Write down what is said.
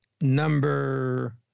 number